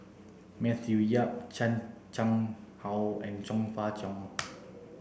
Matthew Yap Chan Chang How and Chong Fah Cheong